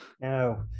No